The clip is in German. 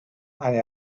eine